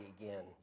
again